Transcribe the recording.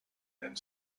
and